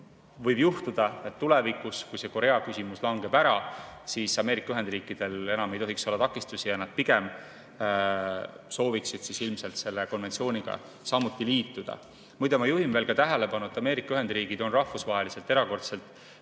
võib juhtuda, et tulevikus, kui see Korea küsimus ära langeb, siis Ameerika Ühendriikidel ei tohiks enam olla takistusi ja nad pigem sooviksid selle konventsiooniga samuti liituda. Muide, ma juhin tähelepanu, et Ameerika Ühendriigid on rahvusvaheliselt erakordselt